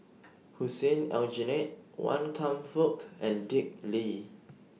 Hussein Aljunied Wan Kam Fook and Dick Lee